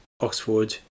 Oxford